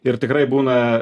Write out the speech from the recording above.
ir tikrai būna